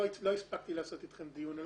לא הספקתי לעשות איתכם דיון עליו.